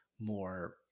more